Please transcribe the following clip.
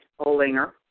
Olinger